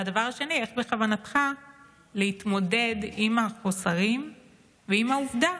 2. איך בכוונתך להתמודד עם החוסרים ועם העובדה